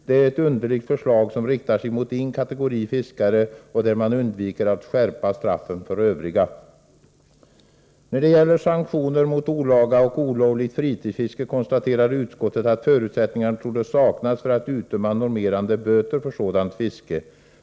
Det är ett underligt förslag som riktar sig mot en kategori fiskare och där man undviker att skärpa straffen för övriga. När det gäller sanktioner mot olaga och olovligt fritidsfiske konstaterar utskottet att förutsättning torde saknas för att utdöma normerande böter vid sådant fiske.